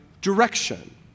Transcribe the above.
direction